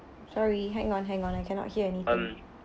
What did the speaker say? sorry hang on hang on I cannot hear anything um